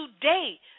Today